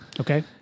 Okay